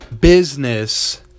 business